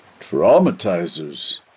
Traumatizers